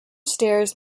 stairs